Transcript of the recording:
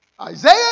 Isaiah